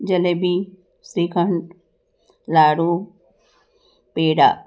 jalebi shrikhand laddoo peda